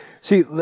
See